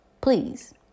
please